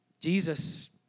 Jesus